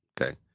okay